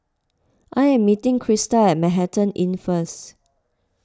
I am meeting Crysta at Manhattan Inn first